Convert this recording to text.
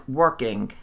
working